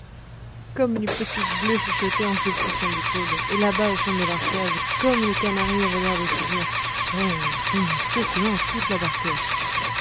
comme les petites bleues chuchotaient en se poussant du coude et là-bas au fond de leur cage comme les canaris avaient l'air de se dire oh ce monsieur qui mange toute la barquette